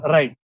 Right